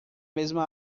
mesma